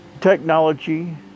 technology